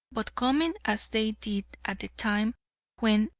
but coming as they did at a time when,